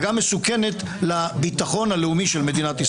וגם מסוכנת לביטחון הלאומי של מדינת ישראל.